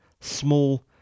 small